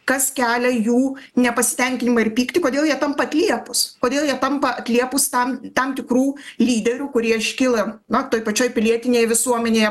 kas kelia jų nepasitenkinimą ir pyktį kodėl jie tampa atliepūs kodėl jie tampa atliepūs tam tam tikrų lyderių kurie iškyla na toj pačioj pilietinėje visuomenėje